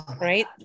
Right